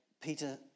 Peter